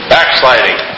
Backsliding